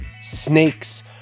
snakes